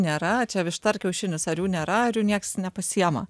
nėra čia višta ar kiaušinis ar jų nėra ar jų nieks nepasiima